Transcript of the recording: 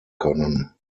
können